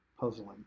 Puzzling